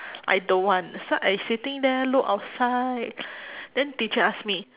I don't want so I sitting there look outside then teacher ask me